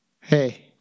Hey